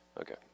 Okay